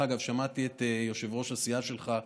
דרך אגב, שמעתי את יושב-ראש הסיעה שלך,